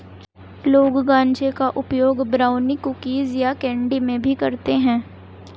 लोग गांजे का उपयोग ब्राउनी, कुकीज़ या कैंडी में भी करते है